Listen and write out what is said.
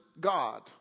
God